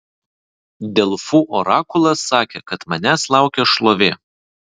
delfų orakulas sakė kad manęs laukia šlovė